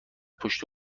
پشت